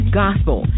gospel